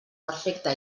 perfecta